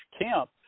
Kemp